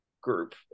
group